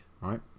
right